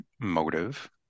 motive